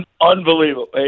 Unbelievable